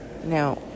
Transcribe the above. Now